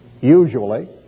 usually